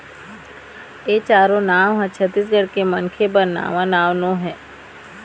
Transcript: ए चारो नांव ह छत्तीसगढ़ के मनखे बर नवा नांव नो हय